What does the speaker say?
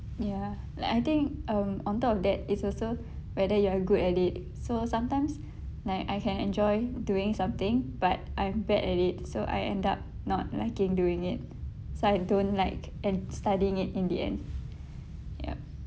ya like I think um on top of that it's also whether you are good at it so sometimes like I can enjoy doing something but I'm bad at it so I end up not liking doing it so I don't like and studying it in the end yup